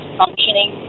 functioning